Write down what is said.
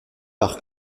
par